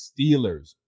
Steelers